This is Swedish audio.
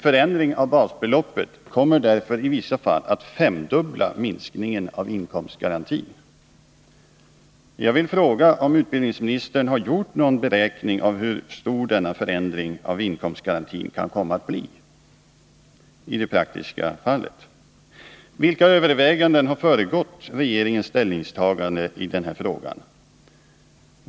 Förändringen av basbeloppet kommer därför att i vissa fall femdubbla minskningen av inkomstgarantin. Jag vill fråga om utbildningsministern gjort någon beräkning av hur stor denna förändring av inkomstgarantin kan komma att bli i det praktiska fallet. Vilka överväganden har föregått regeringens ställningstagande i denna fråga?